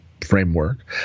framework